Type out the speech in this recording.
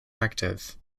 active